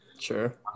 sure